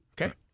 Okay